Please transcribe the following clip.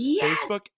facebook